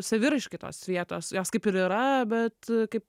saviraiškai tos vietos jos kaip ir yra bet kaip